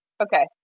Okay